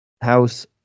House